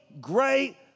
great